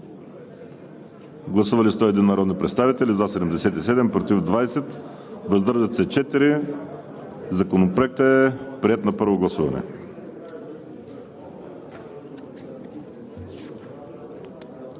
Гласували 101 народни представители: за 77, против 20, въздържали се 4. Законопроектът е приет на първо гласуване.